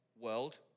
world